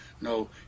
No